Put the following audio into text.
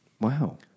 Wow